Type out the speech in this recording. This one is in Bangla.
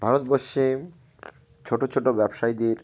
ভারতবর্ষে ছোটো ছোটো ব্যবসায়ীদের